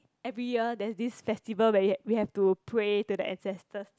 every year there's this festival where we had we have to pray to the ancestors